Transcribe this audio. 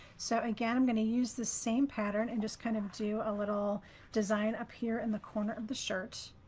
so, again, i'm going to use the same pattern and just kind of do a little design up here in the corner of the shirt.